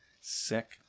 sick